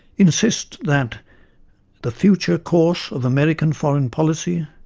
insist that the future course of american foreign policy,